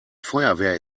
feuerwehr